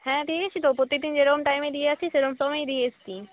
হ্যাঁ দিয়ে এসছি তো প্রত্যেক দিন যেরকম টাইমে দিয়ে আসি সেরম সময়েই দিয়ে এসছি